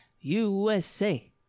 USA